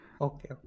Okay